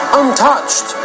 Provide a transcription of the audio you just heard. untouched